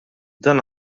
dan